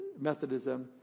Methodism